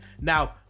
Now